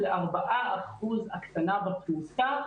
להיפך,